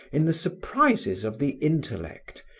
in the surprises of the intellect,